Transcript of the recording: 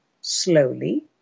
slowly